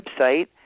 website